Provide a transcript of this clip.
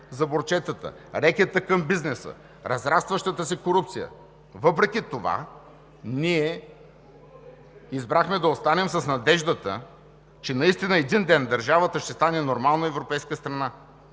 за борчетата, рекета към бизнеса, разрастващата се корупция. Въпреки това ние избрахме да останем, с надеждата, че наистина един ден държавата ще стане нормална европейска страна.